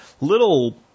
little